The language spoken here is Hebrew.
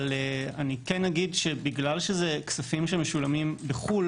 אבל אני כן אגיד שבגלל שאלה כספים שמשולמים בחו"ל